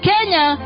Kenya